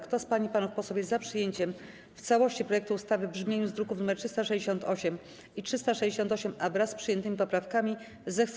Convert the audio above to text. Kto z pań i panów posłów jest za przyjęciem w całości projektu ustawy w brzmieniu z druków nr 368 i 368-A, wraz z przyjętymi poprawkami, zechce